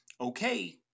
okay